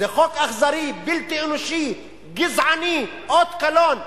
זה חוק אכזרי, בלתי אנושי, גזעני, אות קלון.